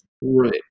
Right